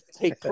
take